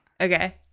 Okay